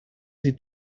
sie